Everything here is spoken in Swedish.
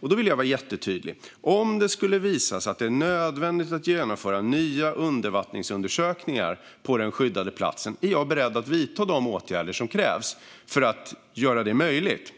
Jag vill vara jättetydlig: Om det skulle visa sig att det är nödvändigt att genomföra nya undervattensundersökningar på den skyddade platsen är jag beredd att vidta de åtgärder som krävs för att göra detta möjligt.